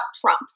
Trump